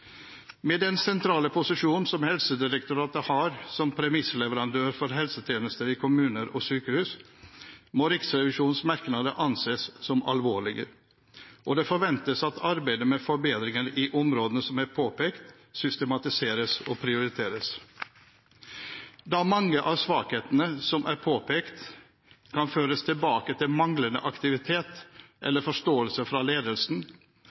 Med den sentrale posisjon som Helsedirektoratet har som premissleverandør for helsetjenester i kommuner og sykehus, må Riksrevisjonens merknader anses som alvorlige, og det forventes at arbeidet med forbedringer innen områdene som er påpekt, systematiseres og prioriteres. Da mange av svakhetene som er påpekt, kan føres tilbake til manglende aktivitet eller forståelse fra ledelsen,